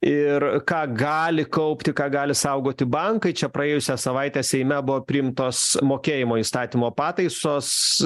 ir ką gali kaupti ką gali saugoti bankai čia praėjusią savaitę seime buvo priimtos mokėjimo įstatymo pataisos